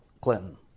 Clinton